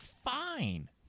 fine